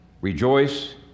rejoice